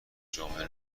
جمله